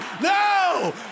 No